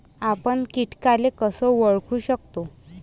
आपन कीटकाले कस ओळखू शकतो?